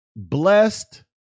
blessed